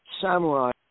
samurai